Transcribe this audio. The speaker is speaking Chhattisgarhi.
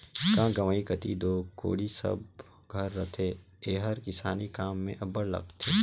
गाँव गंवई कती दो कोड़ी सब घर रहथे एहर किसानी काम मे अब्बड़ लागथे